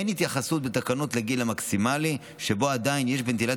אין התייחסות בתקנות לגיל המקסימלי שבו בנטילת